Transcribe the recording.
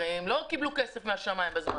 הרי הם לא קיבלו כסף מהשמיים בזמן הזה.